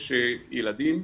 יש ילדים,